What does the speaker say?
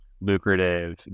lucrative